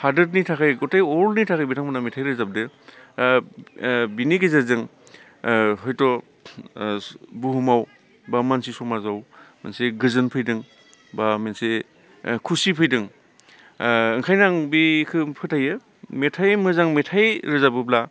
हादोरनि थाखाय गथै वर्ल्डनि थाखाय बिथांमोना मेथाइ रोजाबदों बेनि गेजेरजों हयथ' बुहुमाव बा मानसि समाजाव मोनसे गोजोन फैदों बा मोनसे खुसि फैदों ओंखायनो आं बेखौ फोथायो मेथाइ मोजां मेथाइ रोजाबोब्ला